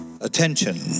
attention